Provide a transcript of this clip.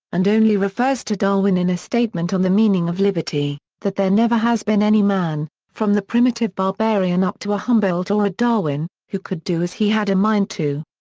and only refers to darwin in a statement on the meaning of liberty, that there never has been any man, from the primitive barbarian up to a humboldt or a darwin, who could do as he had a mind to.